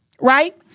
right